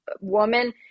woman